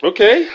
Okay